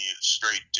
straight